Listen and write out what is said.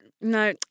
no